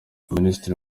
minisitiri